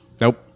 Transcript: Nope